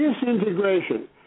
disintegration